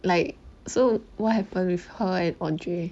like so what happened with her and andre